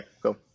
go